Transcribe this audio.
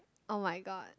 oh-my-god